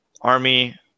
army